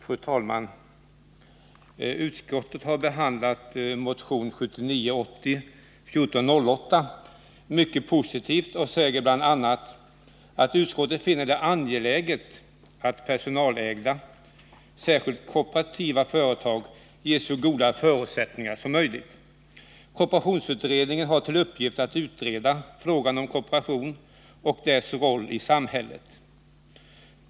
Fru talman! Utskottet har behandlat motion 1979/80:1408 mycket positivt och säger bl.a.: ”Utskottet finner det angeläget att goda förutsättningar skapas för personalägda företag, särskilt i kooperativa driftsformer. Kooperationsutredningen har till uppgift att utreda frågan om kooperationen och dess roll i samhället.